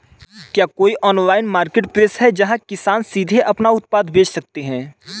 क्या कोई online marketplace है जहाँ किसान सीधे अपने उत्पाद बेच सकते हैं?